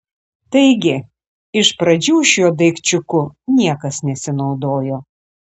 taigi iš pradžių šiuo daikčiuku niekas nesinaudojo